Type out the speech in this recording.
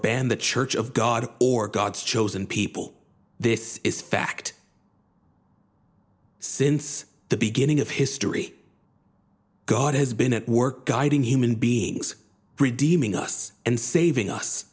ban the church of god or gods chosen people this is fact since the beginning of history god has been at work guiding human beings redeeming us and saving us